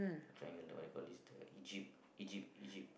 triangle the what you call this the Egypt Egypt Egypt